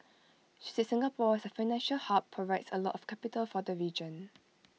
she said Singapore as A financial hub provides A lot of capital for the region